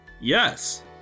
Yes